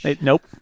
nope